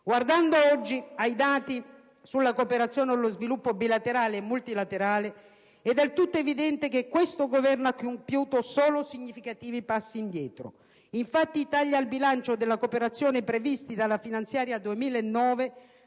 Guardando ai dati attuali sulla cooperazione allo sviluppo, bilaterale e multilaterale, è del tutto evidente che questo Governo ha compiuto solo significativi passi indietro. Infatti, i tagli al bilancio della cooperazione previsti dalla legge finanziaria 2009